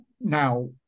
Now